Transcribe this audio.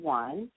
one